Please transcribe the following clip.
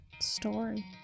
story